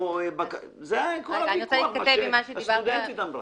זה כל הוויכוח, מה שהסטודנטית אמרה.